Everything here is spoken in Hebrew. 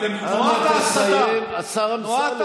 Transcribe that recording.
השר אמסלם.